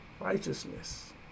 righteousness